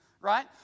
right